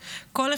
אתם,